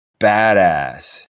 badass